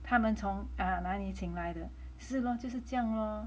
他们从哪里请来的是 lor 就是这样咯